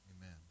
Amen